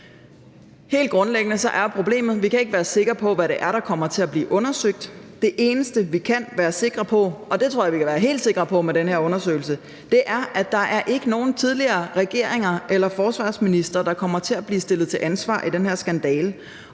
Helt grundlæggende er problemet, at vi ikke kan være sikre på, hvad det er, der kommer til at blive undersøgt. Det eneste, vi kan være sikre på – og det tror jeg vi kan være helt sikre på med den her undersøgelse – er, at der ikke er nogen tidligere regeringer eller forsvarsministre, der kommer til at blive stillet til ansvar i den her skandale.